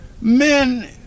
Men